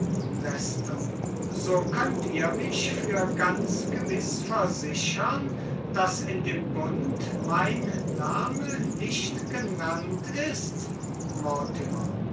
so könnt ihr mich für ganz gewiss versichern daß in dem bund mein name nicht genannt ist